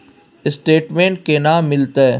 Statement केना मिलते?